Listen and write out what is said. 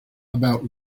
about